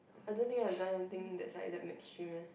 I don't think I have done anything that is like damn extreme eh